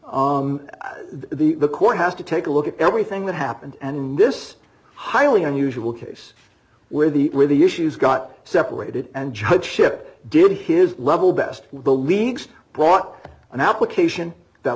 d the the court has to take a look at everything that happened and this highly unusual case where the where the issues got separated and judge ship did his level best the leagues brought an application that